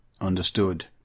understood